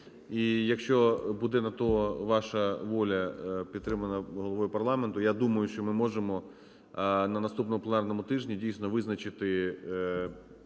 і якщо буде на те ваша воля, підтримана Головою парламенту, я думаю, що ми можемо на наступному пленарному тижні дійсно визначити